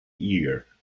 year